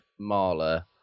Marla